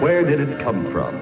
where did it come from